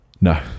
No